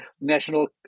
national